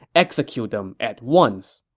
execute them at once!